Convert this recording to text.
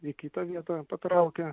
į kitą vietą patraukia